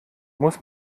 muss